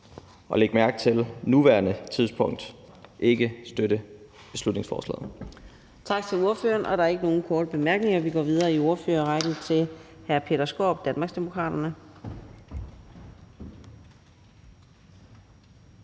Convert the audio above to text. og læg mærke til: på nuværende tidspunkt – ikke støtte beslutningsforslaget.